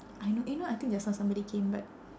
I know eh know I think just now somebody came but